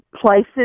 places